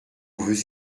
vous